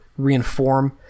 reinform